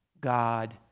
God